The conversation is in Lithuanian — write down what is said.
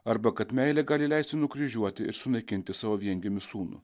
arba kad meilė gali leisti nukryžiuoti ir sunaikinti savo viengimį sūnų